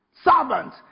servant